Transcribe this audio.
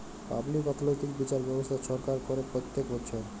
public অথ্থলৈতিক বিচার ব্যবস্থা ছরকার ক্যরে প্যত্তেক বচ্ছর